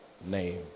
name